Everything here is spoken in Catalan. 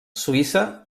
suïssa